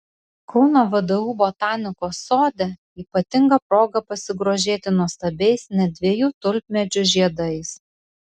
kauno vdu botanikos sode ypatinga proga pasigrožėti nuostabiais net dviejų tulpmedžių žiedais